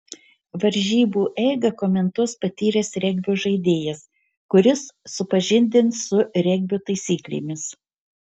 varžybų eigą komentuos patyręs regbio žaidėjas kuris supažindins su regbio taisyklėmis